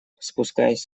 спускаясь